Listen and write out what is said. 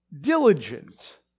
diligent